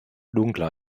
dunkler